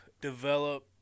develop